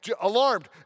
alarmed